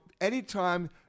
anytime